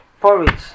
porridge